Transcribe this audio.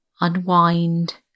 unwind